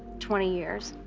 twenty years.